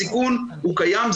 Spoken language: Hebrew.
הסיכון הוא קיים,